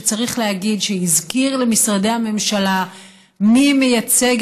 שצריך להגיד שהזכיר למשרדי הממשלה מי מייצג